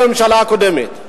בממשלה הקודמת.